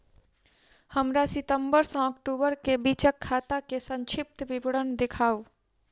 हमरा सितम्बर सँ अक्टूबर केँ बीचक खाता केँ संक्षिप्त विवरण देखाऊ?